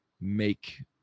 make